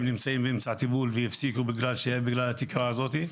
נמצאים באמצע טיפול והפסיקו בגלל התקרה הזאת.